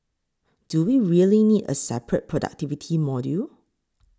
do we really need a separate productivity module